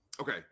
Okay